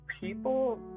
people